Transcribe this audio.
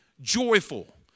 joyful